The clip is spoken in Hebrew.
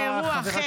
באירוע אחר.